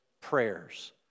prayers